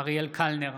אריאל קלנר,